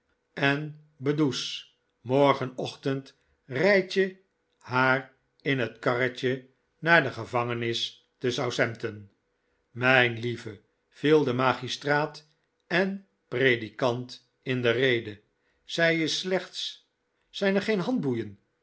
en beddoes morgenochtend rijd je haar in het karretje naar de gevangenis te southampton mijn lieve viel de magistraat en predikant in de rede zij is slechts zijn er geen handboeien